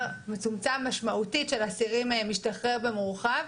מצומצם משמעותית של אסירים משתחרר במורחב,